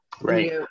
Right